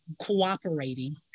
cooperating